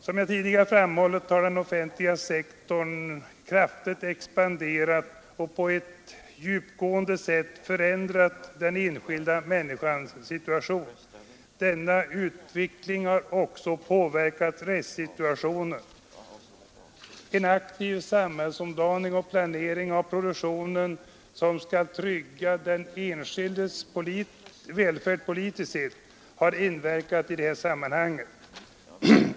Som jag tidigare framhållit har den offentliga sektorn kraftigt expanderat och på ett djupgående sätt förändrat den enskilda människans situation. Denna utveckling har också påverkat rättssituationen. Aktiv samhällsomdaning och planering av produktionen, för att trygga den enskildes välfärd politiskt sett, har inverkat i detta sammanhang.